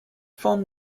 form